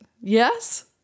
yes